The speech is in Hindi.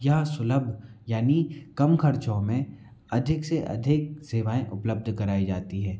यह सुलभ यानी कम ख़र्चों में अधिक से अधिक सेवाएं उपलब्ध कराई जाती है